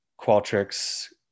Qualtrics